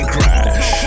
Crash